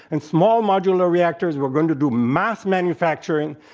and small modular reactors were going to do mass manufacturing,